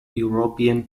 european